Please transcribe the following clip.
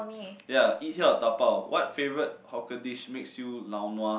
ya eat here or dabao what favorite hawker dish makes you lao nua